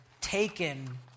taken